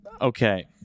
okay